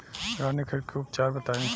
रानीखेत के उपचार बताई?